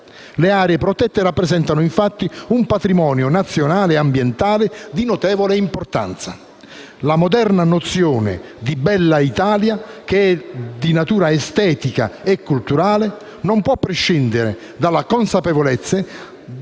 Le aree protette rappresentano, infatti, un patrimonio nazionale ambientale di notevole importanza: la moderna nozione di "bella Italia", che è di natura estetica e culturale, non può prescindere dalla consapevolezza